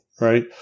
right